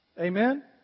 Amen